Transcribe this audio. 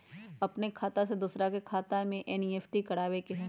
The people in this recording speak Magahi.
अपन खाते से दूसरा के खाता में एन.ई.एफ.टी करवावे के हई?